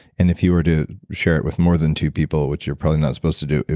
and if you were to share it with more than two people, which you're probably not supposed to do,